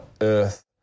earth